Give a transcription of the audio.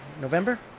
November